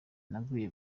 naguye